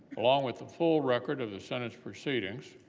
along with a full record of the senate's proceedings